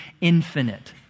infinite